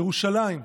ירושלים,